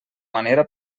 manera